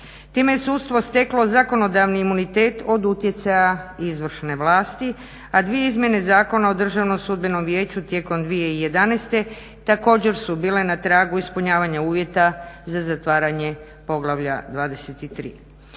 Time je sudstvo steklo zakonodavni imunitet od utjecaja izvršne vlasti, a dvije izmjene zakona o Državnom sudbenom vijeću tijekom 2011.također su bile na tragu ispunjavanje uvjeta za zatvaranje poglavlja 23.